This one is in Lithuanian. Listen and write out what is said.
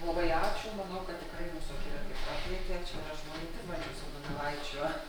labai ačiū manau kad tikrai mūsų akiratį praplėtėt čia yra žmonių dirbančių su donelaičiu